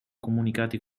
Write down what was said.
comunicati